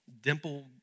dimple